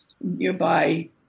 nearby